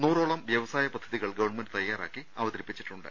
നൂറോളം വ്യവസായ പദ്ധതികൾ ഗവൺമെന്റ് തയാറാക്കി അവതരിപ്പിച്ചിട്ടുണ്ട്